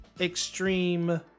extreme